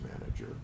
manager